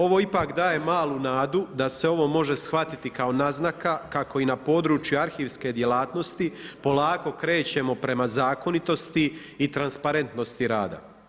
Ovo ipak daje malu nadu da se ovo može shvatiti kao naznaka kako i na području arhivske djelatnosti polako krećemo prema zakonitosti i transparentnosti rada.